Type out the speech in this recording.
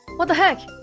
what the heck?